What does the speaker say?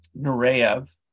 Nureyev